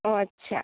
ও আচ্ছা